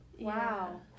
Wow